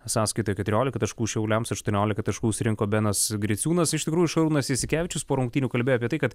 sąskaitoj keturiolika taškų šiauliams aštuoniolika taškų surinko benas griciūnas iš tikrųjų šarūnas jasikevičius po rungtynių kalbėjo apie tai kad